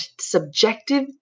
subjective